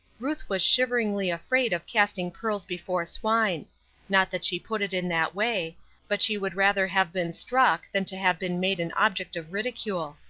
ruth was shiveringly afraid of casting pearls before swine not that she put it in that way but she would rather have been struck than to have been made an object of ridicule.